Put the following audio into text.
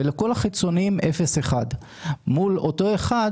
ולכל החיצוניים 0.1%. זה מול אחד אחר,